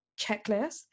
checklist